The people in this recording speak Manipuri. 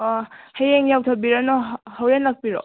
ꯑꯣ ꯍꯌꯦꯡ ꯌꯧꯊꯕꯤꯔꯅꯣ ꯍꯣꯔꯦꯟ ꯂꯥꯛꯄꯤꯔꯣ